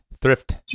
thrift